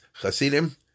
Chasidim